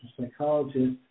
psychologist